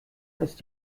ist